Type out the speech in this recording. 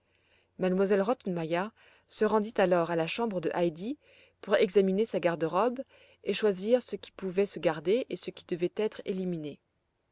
m elle rottenmeier se rendit alors à la chambre de heidi pour examiner sa garderobe et choisir ce qui pouvait se garder et ce qui devait être elliminé